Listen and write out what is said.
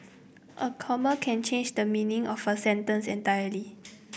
a comma can change the meaning of a sentence entirely